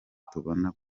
tubona